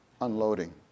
unloading